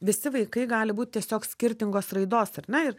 visi vaikai gali būt tiesiog skirtingos raidos ar ne ir